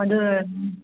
ꯑꯗꯨꯅ